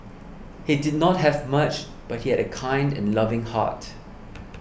he did not have much but he had a kind and loving heart